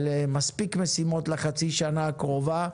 אלו מספיק משימות לחצי שנה הקרובה,